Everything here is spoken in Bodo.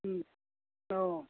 औ